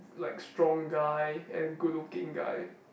like strong guy and good looking guy